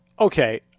Okay